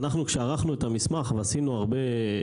אנחנו כשערכנו את המסמך ועשינו הרבה,